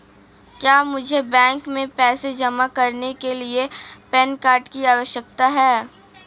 क्या मुझे बैंक में पैसा जमा करने के लिए पैन कार्ड की आवश्यकता है?